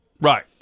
right